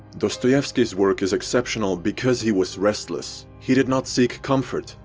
dostoevsky's work is exceptional, because he was restless. he did not seek comfort.